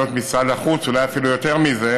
וזה יכול להיות משרד החוץ ואולי אפילו יותר מזה,